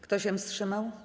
Kto się wstrzymał?